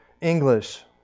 English